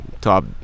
top